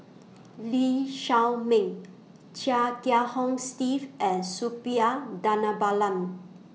Lee Shao Meng Chia Kiah Hong Steve and Suppiah Dhanabalan